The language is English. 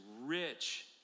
rich